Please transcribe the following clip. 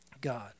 God